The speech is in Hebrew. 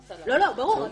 ברור.